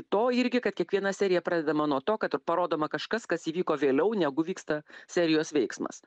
to irgi kad kiekviena serija pradedama nuo to kad parodoma kažkas kas įvyko vėliau negu vyksta serijos veiksmas